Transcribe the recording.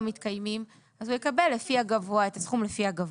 מתקיימים אז הוא יקבל את הסכום לפי הגבוה.